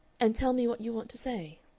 and tell me what you want to say?